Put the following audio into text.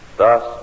Thus